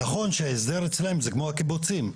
נכון שההסדר אצלם זה כמו הקיבוצים,